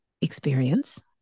experience